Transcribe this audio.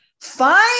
fine